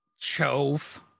Chove